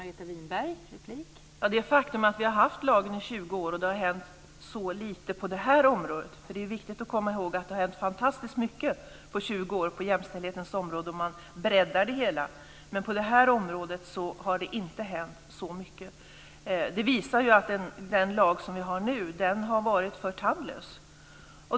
Fru talman! Det är ett faktum att vi har haft lagen i 20 år och att det hänt så lite på detta område. Det är viktigt att komma i håg att det har hänt fantastiskt mycket på 20 år på jämställdhetens område om man breddar det hela. Men på detta område har det inte hänt så mycket. Det visar att vår nuvarande lag har varit för tandlös.